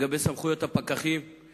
לגבי סמכויות הפקחים,